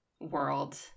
world